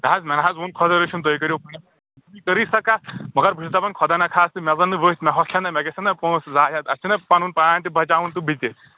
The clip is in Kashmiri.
نہ حظ مےٚ حظ ووٚن خۄدا رٔچھِنۍ تُہۍ کَرِو کٔرٕے سا کَتھ مگر بہٕ چھُس دَپان خۄدانخواستہٕ مےٚ زَننہٕ ؤتھۍ ہۄکھن نہ مےٚ گژھن نہ پونٛسہٕ زایہِ حظ اَتھ چھِنہ پَنُن تہِ بَچاوُن تہٕ بہٕ تہِ